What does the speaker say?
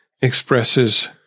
expresses